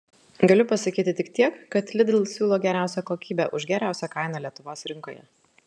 galiu pasakyti tik tiek kad lidl siūlo geriausią kokybę už geriausią kainą lietuvos rinkoje